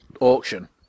auction